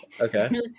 okay